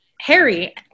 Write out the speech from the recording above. Harry